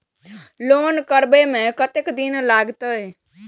Loan करबे में कतेक दिन लागते?